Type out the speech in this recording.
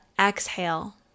exhale